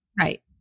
Right